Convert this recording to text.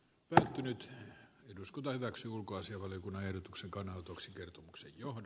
minä nyt eduskunta hyväksyy ulkoasianvaliokunnan ehdotuksen kannatuksen kertomuksen johon